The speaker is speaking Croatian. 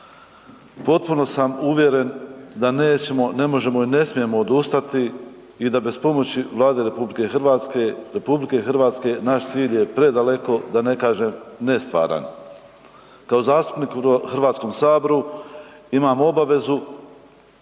Potpuno sam uvjeren da nećemo, ne možemo i ne smijemo odustati i da bez pomoći Vlade RH naš cilj je predaleko da ne kažem, nestvaran. Kao zastupnik u Hrvatskom saboru, imam obvezu